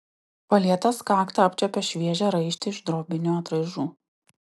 palietęs kaktą apčiuopė šviežią raištį iš drobinių atraižų